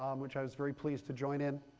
um which i was very pleased to join in,